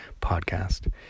podcast